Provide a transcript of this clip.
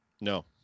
No